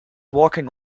walking